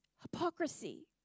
hypocrisy